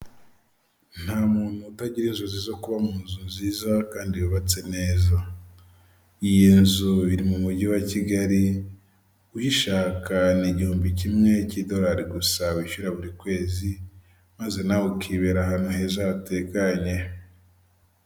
Nta muntu utagira inzozi zo kuba mu nzu nziza kandi yubatse neza iyo nzu iri mu mujyi wa kigali uyishaka ni igihumbi kimwe cy'idolari gusa wishyura buri kwezi maze nawe ukibera ahantu heza hatekanye.